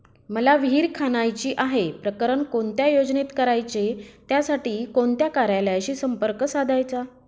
मला विहिर खणायची आहे, प्रकरण कोणत्या योजनेत करायचे त्यासाठी कोणत्या कार्यालयाशी संपर्क साधायचा?